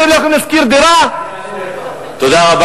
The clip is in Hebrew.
שאתם לא